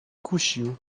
kusił